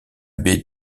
baie